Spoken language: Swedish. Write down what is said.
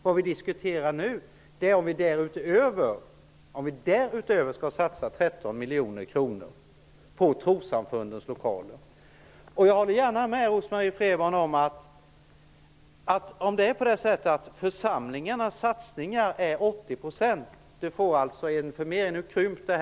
Vad vi diskuterar nu är om vi därutöver skall satsa 13 miljoner kronor på trossamfundens lokaler. Nu krymper det här. Förut var det en tiodubbling och nu är det 80 %, men låt gå för det!